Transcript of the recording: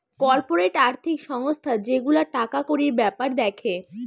corporate আর্থিক সংস্থা যে গুলা টাকা কড়ির বেপার দ্যাখে